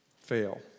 fail